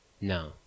No